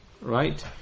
right